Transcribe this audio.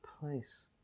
place